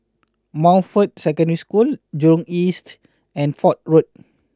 Montfort Secondary School Jurong East and Fort Road